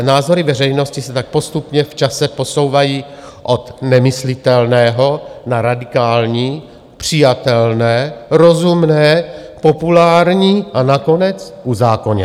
Názory veřejnosti se tak postupně v čase posouvají od nemyslitelného na radikální, přijatelné, rozumné, populární a nakonec uzákoněné.